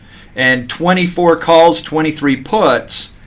and twenty four calls, twenty three puts.